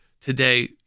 today